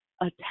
attack